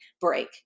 break